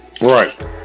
Right